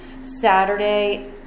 Saturday